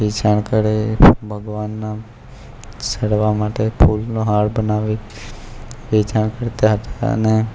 વેચાણ કરે ભગવાનના ચડવા માટે ફૂલનો હાર બનાવી વેચાણ કરતા હતા અને